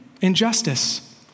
injustice